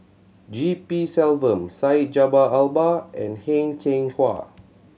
G P Selvam Syed Jaafar Albar and Heng Cheng Hwa